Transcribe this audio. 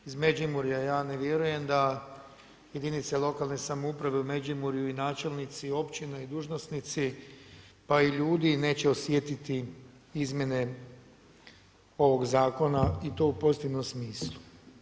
Iz Međimurja, ja ne vjerujem da jedinice lokalne samouprave u Međimurju i načelnici općine i dužnosnici pa i ljudi neće osjetiti izmjene ovog zakona i to u pozitivnim smislu.